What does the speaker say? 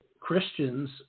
Christians